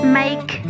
make